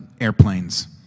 airplanes